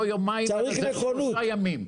זה לא יומיים אלא שלושה ימים.